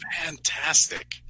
Fantastic